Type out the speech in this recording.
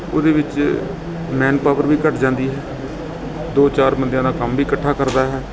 ਉਹਦੇ ਵਿੱਚ ਮੈਨਪਾਵਰ ਵੀ ਘੱਟ ਜਾਂਦੀ ਹੈ ਦੋ ਚਾਰ ਬੰਦਿਆਂ ਦਾ ਕੰਮ ਵੀ ਇਕੱਠਾ ਕਰਦਾ ਹੈ